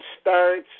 starts